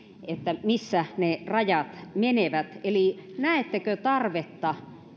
missä ne rajat menevät eli näettekö tarvetta